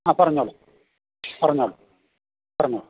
ആ പറഞ്ഞോളൂ പറഞ്ഞോളൂ പറഞ്ഞോളൂ